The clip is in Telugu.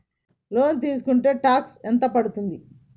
లోన్ తీస్కుంటే టాక్స్ ఎంత పడ్తుంది?